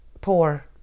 poor